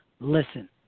listen